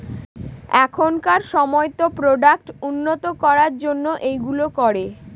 এখনকার সময়তো প্রোডাক্ট উন্নত করার জন্য এইগুলো করে